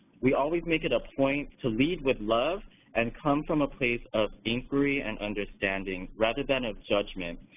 we always make it a point to lead with love and come from a place of inquiry and understanding rather than of judgment.